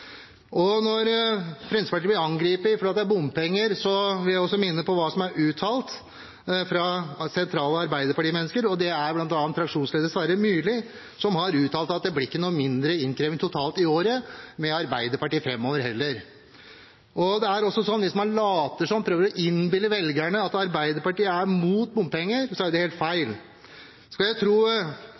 vegvesen. Når Fremskrittspartiet blir angrepet fordi det er bompenger, vil jeg minne om hva som er uttalt fra sentrale arbeiderpartimennesker, bl.a. fraksjonsleder Sverre Myrli, om at det blir ikke mindre innkreving totalt i året med Arbeiderpartiet framover. Hvis man later som og prøver å innbille velgerne at Arbeiderpartiet er imot bompenger, er jo det helt feil. Skal jeg tro